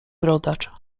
brodacz